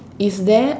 is there